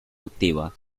activa